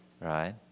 right